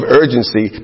urgency